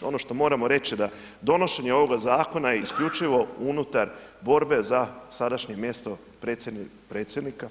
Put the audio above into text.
Da ono što moramo reći da donošenje ovoga zakona je isključivo unutar borbe za sadašnje mjesto predsjednika,